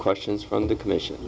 questions from the commission